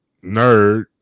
nerd